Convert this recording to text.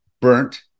burnt